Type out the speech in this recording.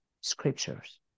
scriptures